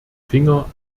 finger